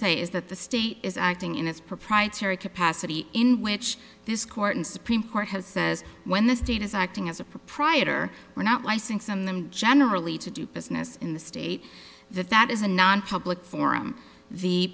say is that the state is acting in its proprietary capacity in which this court and supreme court has says when the state is acting as a proprietor we're not licensed in them generally to do business in the state that that is a non public forum the